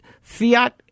Fiat